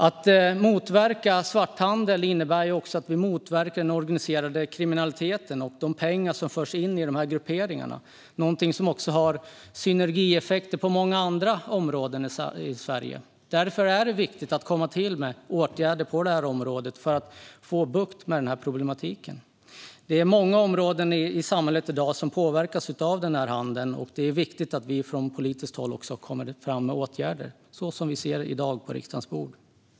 Att motverka svarthandel innebär att också motverka den organiserade kriminaliteten och de pengar som förs in i dessa grupperingar, något som har synergieffekter också på många andra områden i Sverige. Därför är det viktigt med åtgärder på detta område för att få bukt med problematiken. Det är många områden i samhället i dag som påverkas av denna handel, och det är viktigt att vi från politiskt håll kommer med åtgärder, som dem vi ser på riksdagens bord i dag.